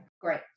Great